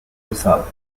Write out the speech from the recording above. result